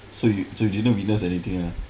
so you so you did not witness anything lah